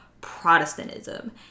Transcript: Protestantism